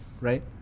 right